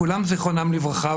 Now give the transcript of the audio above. כולם זיכרונם לברכה,